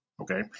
okay